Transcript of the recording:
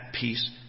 peace